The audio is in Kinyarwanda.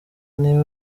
niba